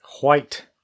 White